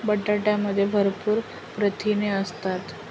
बटाट्यामध्ये भरपूर प्रथिने असतात